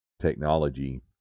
technology